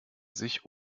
sich